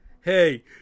hey